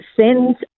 sends